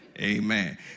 Amen